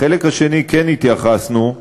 החלק השני, כן התייחסנו,